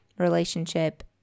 Relationship